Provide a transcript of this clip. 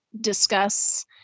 discuss